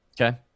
okay